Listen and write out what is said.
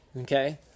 okay